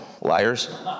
liars